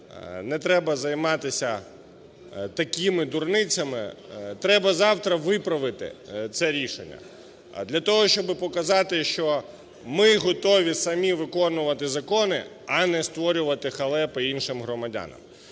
не треба займатися такими дурницями. Треба завтра виправити це рішення для того, щоби показати, що ми готові самі виконувати закони, а не створювати халепи іншим громадянам.